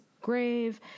grave